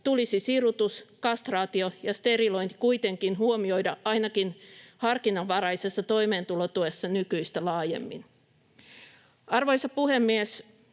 tulisi sirutus, kastraatio ja sterilointi kuitenkin huomioida ainakin harkinnanvaraisessa toimeentulotuessa nykyistä laajemmin. Arvoisa puhemies!